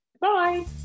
Bye